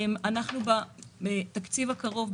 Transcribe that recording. בתקציב הקרוב,